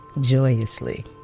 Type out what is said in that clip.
joyously